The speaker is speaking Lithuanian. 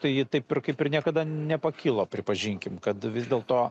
tai ji taip ir kaip ir niekada nepakilo pripažinkim kad vis dėlto